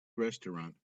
restaurant